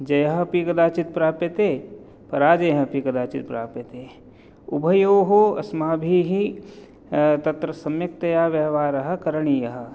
जयः अपि कदाचित् प्राप्यते पराजयः अपि कदाचित् प्राप्यते उभयोः अस्माभिः तत्र सम्यक्तया व्यवहारः करणीयः